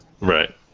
right